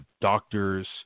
doctors